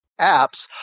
apps